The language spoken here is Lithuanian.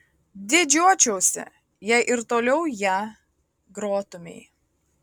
didžiuočiausi jei ir toliau ja grotumei